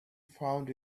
found